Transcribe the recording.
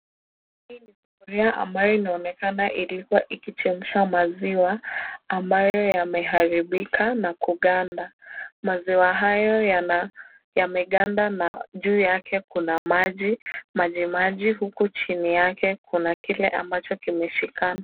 Hii ni sufuria ambayo inaonekana ilikuwa ikichemsha maziwa, ambayo yameharibika na kuganda. Maziwa hayo yana, yameganda na juu yake kuna maji, maji maji, huku chini yake kuna kile ambacho kimeshikana.